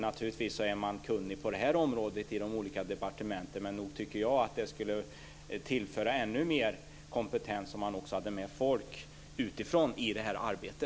Naturligtvis är man i de olika departementen kunnig på det här området, men nog tycker jag att det skulle tillföra ännu mer kompetens om det också fanns med folk utifrån i detta arbete.